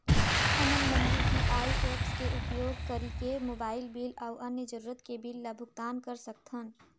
हमन मन UPI apps के उपयोग करिके मोबाइल बिल अऊ अन्य जरूरत के बिल ल भुगतान कर सकथन